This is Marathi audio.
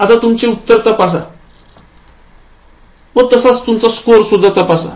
आता तुमचे उत्तर तपासा लवकर तुमचा स्कोअर तपास